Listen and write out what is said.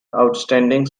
outstanding